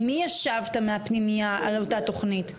עם מי ישבת מהפנימייה על אותה תוכנית?